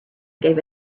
gave